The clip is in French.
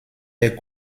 est